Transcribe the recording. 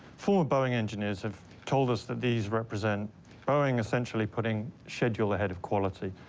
former boeing engineers have told us that these represent boeing essentially putting schedule ahead of quality.